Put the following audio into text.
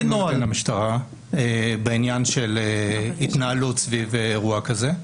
אין נוהל בעניין של התנהלות סביב אירוע כזה.